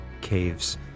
Caves